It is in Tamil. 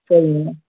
சரிங்க மேம்